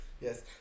Yes